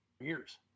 years